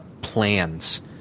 plans